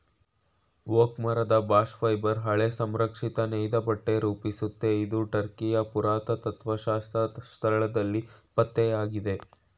oak ಮರದ bast fibre ಹಳೆ ಸಂರಕ್ಷಿತ ನೇಯ್ದಬಟ್ಟೆ ರೂಪಿಸುತ್ತೆ ಇದು ಟರ್ಕಿಯ ಪುರಾತತ್ತ್ವಶಾಸ್ತ್ರ ಸ್ಥಳದಲ್ಲಿ ಪತ್ತೆಯಾಗಿದೆ